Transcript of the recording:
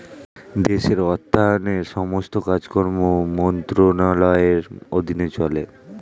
দেশের অর্থায়নের সমস্ত কাজকর্ম মন্ত্রণালয়ের অধীনে চলে